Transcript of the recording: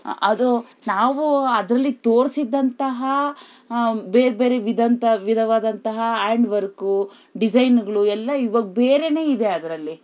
ಅದು ನಾವು ಅದರಲ್ಲಿ ತೋರಿಸಿದ್ದಂತಹ ಬೇರೆ ಬೇರೆ ವಿದಂತ ವಿಧವಾದಂತಹ ಆ್ಯಂಡ್ ವರ್ಕು ಡಿಸೈನ್ಗಳು ಎಲ್ಲ ಇವಾಗ ಬೇರೆಯೇ ಇದೆ ಅದರಲ್ಲಿ